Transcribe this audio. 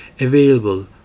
available